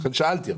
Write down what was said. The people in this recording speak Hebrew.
לכן שאלתי.